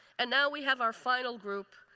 and now we have our final group,